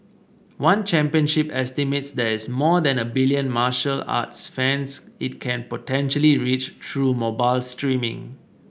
one Championship estimates there is more than a billion martial arts fans it can potentially reach through mobile streaming